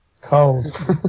Cold